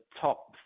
top